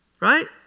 Right